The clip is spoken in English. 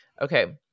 Okay